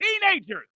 teenagers